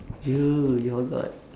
ya lah you forgot